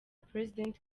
president